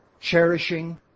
cherishing